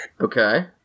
Okay